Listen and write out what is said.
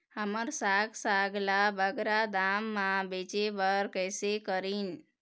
हमर साग साग ला बगरा दाम मा बेचे बर कइसे करी?